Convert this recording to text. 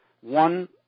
One